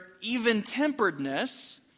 even-temperedness